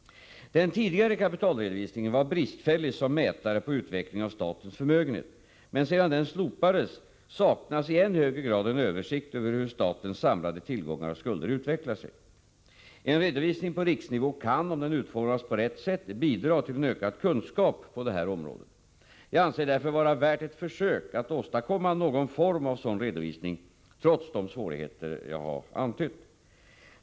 Den tidigare kapitalredovisningen var bristfällig som mätare på utvecklingen av statens förmögenhet, men sedan den slopades saknas i än högre grad en översikt över hur statens samlade tillgångar och skulder utvecklar sig. En redovisning på riksnivå kan, om den utformas på rätt sätt, bidra till en ökad kunskap på detta område. Jag anser det därför vara värt ett försök att åstadkomma någon form av sådan redovisning, trots de svårigheter jag antytt.